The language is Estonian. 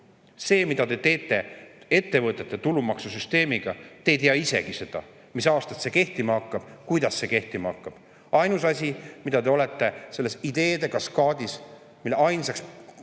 See, mida te teete ettevõtete tulumaksu süsteemiga – te ei tea isegi, mis aastast see kehtima hakkab ja kuidas see kehtima hakkab. Ainus asi, mida te olete oma ideede kaskaadis, mille ainsaks